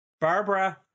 Barbara